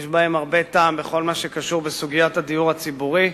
יש בהם הרבה טעם בכל מה שקשור בסוגיית הדיור הציבורי.